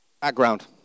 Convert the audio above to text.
background